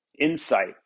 insight